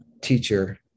teacher